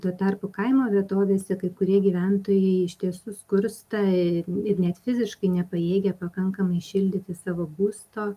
tuo tarpu kaimo vietovėse kai kurie gyventojai iš tiesų skursta i ir net fiziškai nepajėgia pakankamai šildyti savo būsto